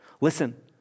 Listen